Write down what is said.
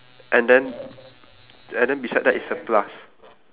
wait is it just okay wait is it just city pharmacy